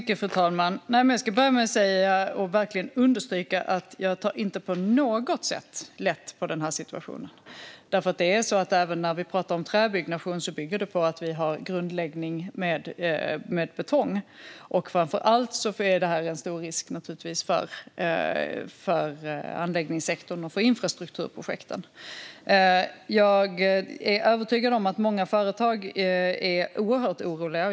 Fru talman! Jag ska börja med att säga, och verkligen understryka, att jag inte på något sätt tar lätt på den här situationen. Även när vi pratar om träbyggnation bygger det på att vi har grundläggning med betong. Framför allt är det här naturligtvis en stor risk för anläggningssektorn och för infrastrukturprojekten. Jag är övertygad om att många företag är oerhört oroliga.